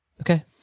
Okay